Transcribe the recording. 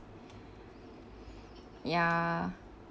ya